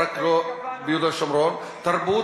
רק לא ביהודה ושומרון" "תרבות,